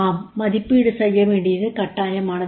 ஆம் மதிப்பீடு செய்யவேண்டியது கட்டாயமானது